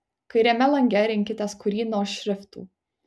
kairiame lange rinkitės kurį nors šriftų